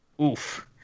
Oof